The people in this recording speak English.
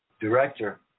director